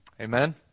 Amen